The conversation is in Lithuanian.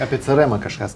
apie crmą kažkas